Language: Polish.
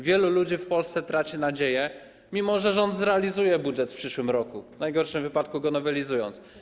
Wielu ludzi w Polsce traci nadzieję, mimo że rząd zrealizuje budżet w przyszłym roku, w najgorszym wypadku go nowelizując.